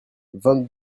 vingt